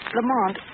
Lamont